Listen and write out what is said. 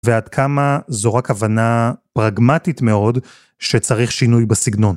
ועד כמה זו רק הבנה פרגמטית מאוד שצריך שינוי בסגנון.